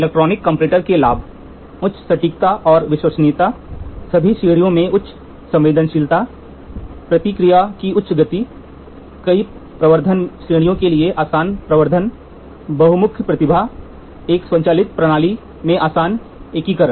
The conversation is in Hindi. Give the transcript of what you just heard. इलेक्ट्रॉनिक कंपैरेटर के लाभ • उच्च सटीकता और विश्वसनीयता • सभी श्रेणियों में उच्च संवेदनशीलता • प्रतिक्रिया की उच्च गति • कई प्रवर्धन श्रेणियों के लिए आसान प्रावधान • बहुमुखी प्रतिभा बड़ी संख्या में माप की स्थितियों को एक मानक सामान के साथ संभाला जा सकता है • एक स्वचालित प्रणाली में आसान एकीकरण